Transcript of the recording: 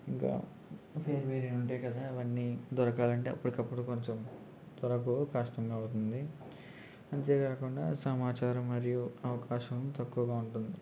ఇంకా ఇంకేమన్నా ఉంటాయి కదా అవన్నీ దొరకాలంటే అప్పుడకప్పుడు కొంచం దొరకవు కష్టం అవుతుంది అంతేకాకుండా సమాచారం మరియు అవకాశం తక్కువగా ఉంటుంది